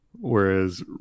Whereas